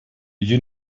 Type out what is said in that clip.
you